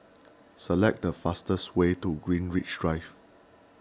select the fastest way to Greenwich Drive